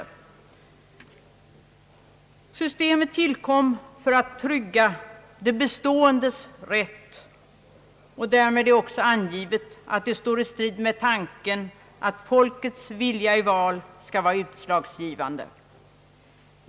Tvåkammarsystemet tillkom för att trygga »det beståendes rätt», och därmed är också angivet att det står i strid med tanken att folkets vilja i val skall vara utslagsgivande.